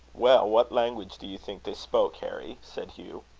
well, what language do you think they spoke, harry? said hugh.